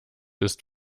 ist